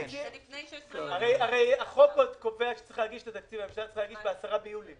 הרי החוק קובע שהממשלה צריכה להגיש את התקציב ב-10 ביולי.